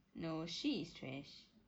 no she is trash